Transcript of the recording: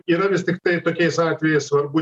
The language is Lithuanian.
yra vis tiktai tokiais atvejais svarbu